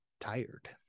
tired